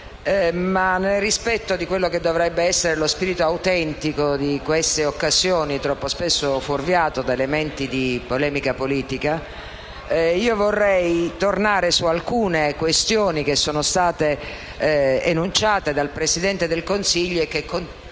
Ma nel rispetto di quello che dovrebbe essere lo spirito autentico di queste occasioni, troppo spesso fuorviato da elementi di polemica politica, io vorrei tornare su alcune questioni che sono state enunciate dal Presidente del Consiglio e che costituiscono,